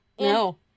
No